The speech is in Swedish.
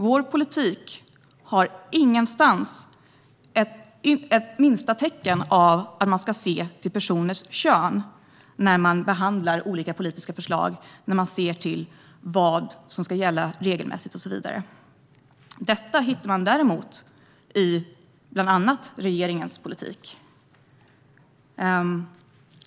Vår politik har ingenstans det minsta tecken som tyder på att man ska se till personers kön när man behandlar olika politiska förslag om vad som ska gälla för olika regler och så vidare. Detta hittar man däremot i bland annat regeringens politik.